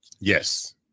Yes